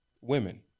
women